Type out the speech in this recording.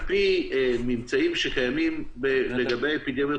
על-פי ממצאים שקיימים לגבי אפידמיות